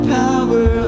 power